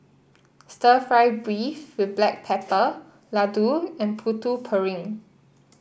stir fry beef with Black Pepper Laddu and Putu Piring